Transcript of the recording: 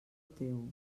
teu